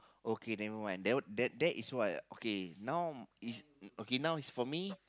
okay never mind that one that that is why okay now is okay now is for me